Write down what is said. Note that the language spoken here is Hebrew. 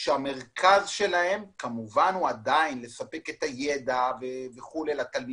שהמרכז שלהם כמובן הוא עדיין לספק את הידע לתלמידים.